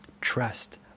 Trust